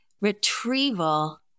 retrieval